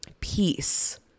peace